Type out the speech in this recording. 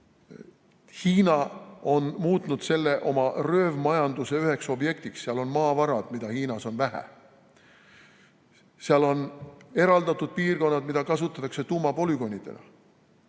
Hiina on muutnud selle oma röövmajanduse üheks objektiks. Seal on maavarad, mida Hiinas on vähe. Seal on eraldatud piirkonnad, mida kasutatakse tuumapolügoonidena.